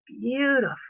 beautiful